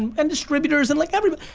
and and distributors and like everybody,